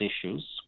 issues